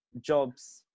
jobs